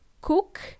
cook